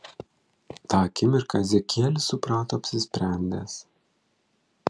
tą akimirką ezekielis suprato apsisprendęs